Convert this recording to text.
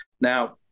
Now